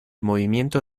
movimiento